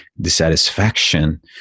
dissatisfaction